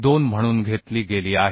22 म्हणून घेतली गेली आहे